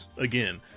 Again